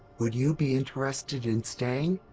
would you be interested in staying?